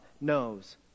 knows